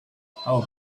how